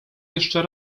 jeszcze